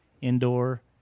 indoor